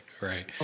Right